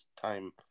time